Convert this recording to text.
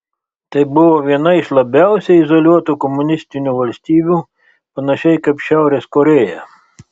tai buvo viena iš labiausiai izoliuotų komunistinių valstybių panašiai kaip šiaurės korėja